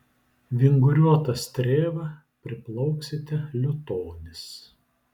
vinguriuota strėva priplauksite liutonis